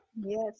Yes